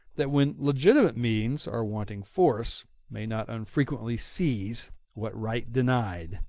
that when legitimate means are wanting force may not unfrequently seize what right denied.